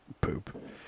Poop